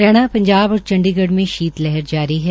हरियाणा पंजाब और चंडीगढ़ में शीत लहर जारी है